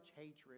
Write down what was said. hatred